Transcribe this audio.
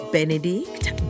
Benedict